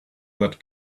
that